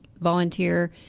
volunteer